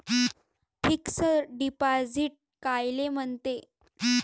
Fix deposit कायले म्हनते?